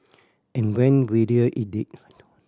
and went it did